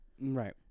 Right